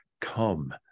come